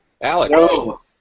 Alex